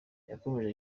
yakomeje